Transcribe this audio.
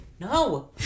No